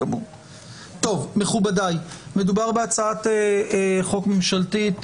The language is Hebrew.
מכובדיי, מדובר בהצעת חוק ממשלתית.